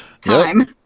time